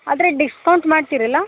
ಆದರೆ ಡಿಸ್ಕೌಂಟ್ ಮಾಡ್ತೀರಲ್ಲ